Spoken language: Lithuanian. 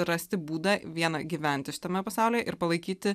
rasti būdą viena gyventi šitame pasaulyje ir palaikyti